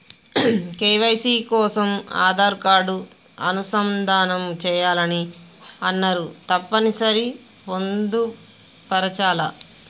KYC కోసం Aadhaar card అనుసంధానం చేయాలని అన్నరు తప్పని సరి పొందుపరచాలా?